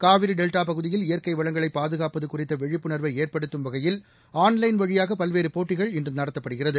Kaveri delta பகுதியில் இயற்கை வளங்களை பாதுகாப்பது குறித்த விழிப்புணர்வை ஏற்படுத்தும் வகையில் ஆன்லைன் வழியாக பல்வேறு போட்டிகள் இன்று நடத்தப்படுகிறது